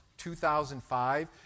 2005